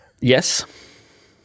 Yes